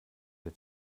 der